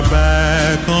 back